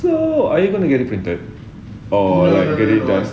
so are you going to get it printed or get it dust